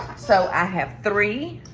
so i have three